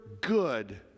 good